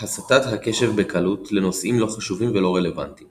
הסטת הקשב בקלות לנושאים לא חשובים ולא רלוונטיים